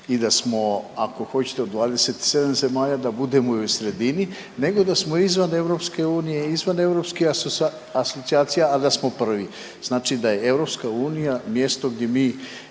i da smo, ako hoćete, od 27 zemalja, da budemo i u sredini nego da smo izvan EU i izvan europskih asocijacija, ali da smo prvi, znači da je EU mjesto gdje mi